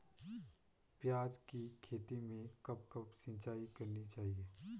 प्याज़ की खेती में कब कब सिंचाई करनी चाहिये?